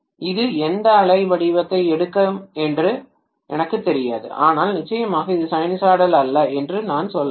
இது எந்த அலை வடிவத்தை எடுக்கும் என்று எனக்குத் தெரியாது ஆனால் நிச்சயமாக இது சைனூசாய்டல் அல்ல என்று நான் சொல்ல முடியும்